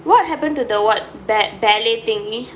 what happen to the what bad ballet thingy